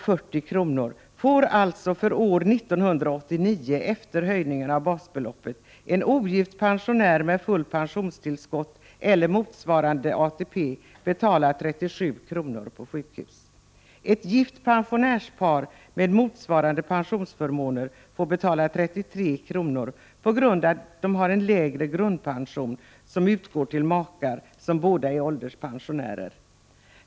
För år 1989 efter höjningen av basbeloppet får en pensionär med fullt pensionstillskott eller motsvarande ATP betala 37 kr. på sjukhus. Ett gift pensionärspar med motsvarande pensionsförmåner får betala 33 kr. på grund av att de har en lägre grundpension som utgår till makar som båda är ålderspensionärer.